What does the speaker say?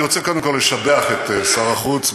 אני רוצה קודם כול לשבח את שר החוץ,